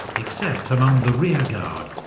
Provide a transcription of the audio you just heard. except among the rearguard,